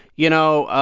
you know,